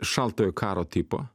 šaltojo karo tipo